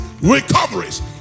recoveries